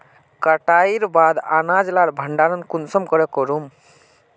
कटाईर बाद अनाज लार भण्डार कुंसम करे करूम?